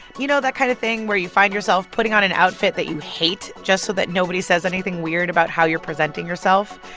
you know, that kind of thing where you find yourself putting on an outfit that you hate just so that nobody says anything weird about how you're presenting yourself?